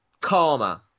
Karma